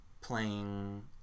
playing